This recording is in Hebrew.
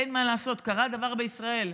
אין מה לעשות, קרה דבר בישראל.